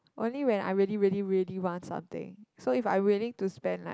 only when I really really really want something so if I willing to spend like